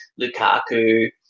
Lukaku